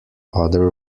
other